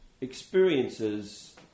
experiences